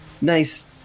nice